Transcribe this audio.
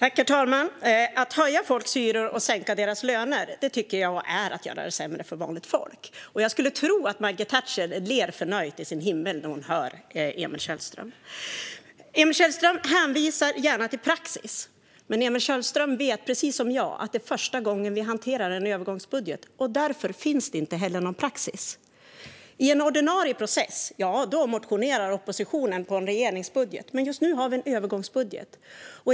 Herr talman! Att höja folks hyror och sänka deras löner tycker jag är att göra det sämre för vanligt folk, och jag skulle tro att Maggie Thatcher ler förnöjt i sin himmel när hon hör Emil Källström. Emil Källström hänvisar gärna till praxis, men Emil Källström vet precis som jag att det är första gången vi hanterar en övergångsbudget och att det därför inte finns någon praxis. I en ordinarie process motionerar oppositionen på en regeringsbudget, men just nu har vi en övergångsbudget.